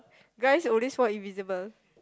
guys always want invisible